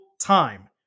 time